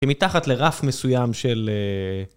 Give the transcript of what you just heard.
שמתחת לרף מסוים של...